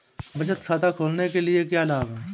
बचत खाता खोलने के क्या लाभ हैं?